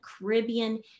Caribbean